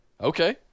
okay